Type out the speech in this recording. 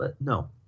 no